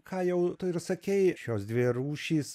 ką jau ir sakei šios dvi rūšys